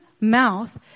mouth